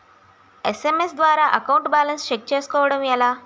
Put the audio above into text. SMS ద్వారా account balance check చేసుకోవటం ఎలా?